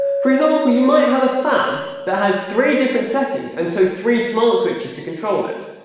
for example you might have a fan that has three different settings and so three smart switches to control it,